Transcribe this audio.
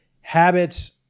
habits